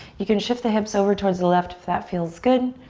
you can shift the hips over towards the left if that feels good.